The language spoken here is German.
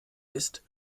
ist